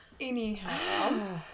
Anyhow